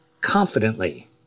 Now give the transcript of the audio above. confidently